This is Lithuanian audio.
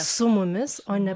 su mumis o ne